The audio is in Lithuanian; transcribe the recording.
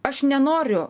aš nenoriu